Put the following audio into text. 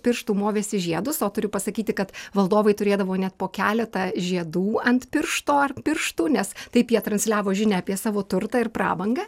pirštų movėsi žiedus o turiu pasakyti kad valdovai turėdavo net po keletą žiedų ant piršto ar pirštų nes taip jie transliavo žinią apie savo turtą ir prabangą